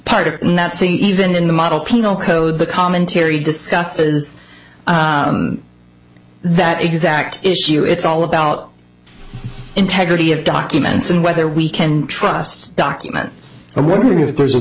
part of nothing even in the model penal code the commentary discusses that exact issue it's all about the integrity of documents and whether we can trust documents i wonder if there's a